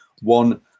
one